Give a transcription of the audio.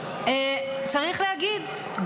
צריך להגיד,